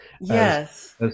Yes